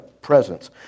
presence